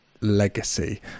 legacy